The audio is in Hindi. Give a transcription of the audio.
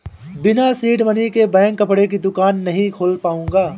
बिना सीड मनी के मैं कपड़े की दुकान नही खोल पाऊंगा